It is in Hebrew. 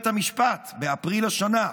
בית המשפט באפריל השנה,